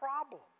problem